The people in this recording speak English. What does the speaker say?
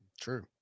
True